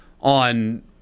on